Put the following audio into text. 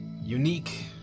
unique